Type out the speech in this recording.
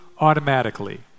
automatically